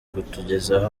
kutugezaho